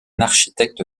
architecte